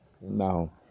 Now